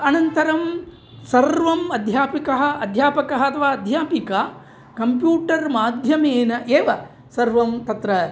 आनन्तरं सर्वम् अध्यापकाः अध्यापकः अथवा अध्यापिका कम्प्यूटर् माध्यमेन एव सर्वं तत्र